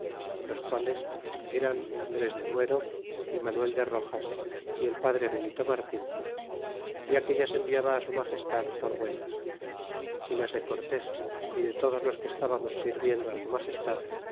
los quales eran andrés de duero y manuel de roxas y el padre benito martin y aquellas enviaba a su magestad por buenas y las de cortés y de todos los que estábamos sirviendo su magestad